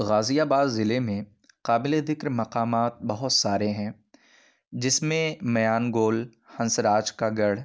غازی آباد ضلع میں قابلِ ذکر مقامات بہت سارے ہیں جس میں میان گول ہنس راج کا گڑھ